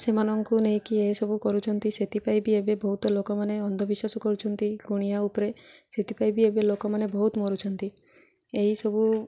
ସେମାନଙ୍କୁ ନେଇକି ଏସବୁ କରୁଛନ୍ତି ସେଥିପାଇଁ ବି ଏବେ ବହୁତ ଲୋକମାନେ ଅନ୍ଧବିଶ୍ୱାସ କରୁନ୍ତି ଗୁଣିଆ ଉପରେ ସେଥିପାଇଁ ବି ଏବେ ଲୋକମାନେ ବହୁତ ମରୁଛନ୍ତି ଏହିସବୁ